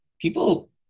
People